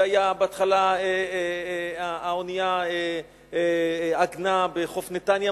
ובהתחלה האונייה עגנה בחוף נתניה,